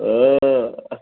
हा